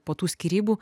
po tų skyrybų